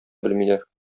белмиләр